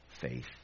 faith